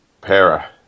Para